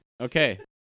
Okay